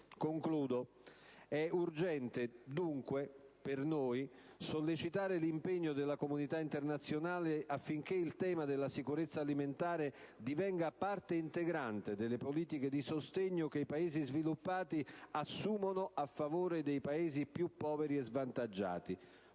Infine, è urgente per noi sollecitare l'impegno della comunità internazionale affinché il tema della sicurezza alimentare divenga parte integrante delle politiche di sostegno che i Paesi sviluppati assumono a favore di quelli più poveri e svantaggiati,